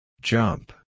Jump